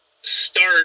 start